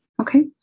Okay